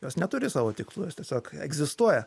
jos neturi savo tikslų jos tiesiog egzistuoja